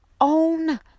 own